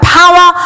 power